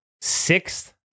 Sixth